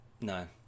No